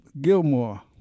Gilmore